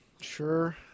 Sure